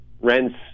rents